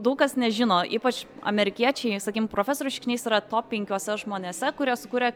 daug kas nežino ypač amerikiečiai sakykim profesorius šikšnys yra top penkiuose žmonėse kurie sukūrė